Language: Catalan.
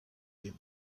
temps